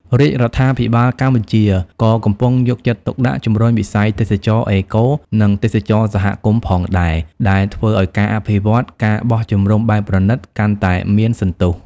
រាជរដ្ឋាភិបាលកម្ពុជាក៏កំពុងយកចិត្តទុកដាក់ជំរុញវិស័យទេសចរណ៍អេកូ និងទេសចរណ៍សហគមន៍ផងដែរ ដែលធ្វើឲ្យការអភិវឌ្ឍ ការបោះជំរំបែបប្រណីត កាន់តែមានសន្ទុះ។